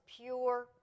pure